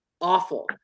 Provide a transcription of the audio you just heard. Awful